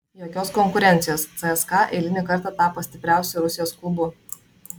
jokios konkurencijos cska eilinį kartą tapo stipriausiu rusijos klubu